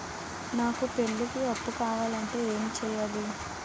నాకు పెళ్లికి అప్పు కావాలంటే ఏం చేయాలి?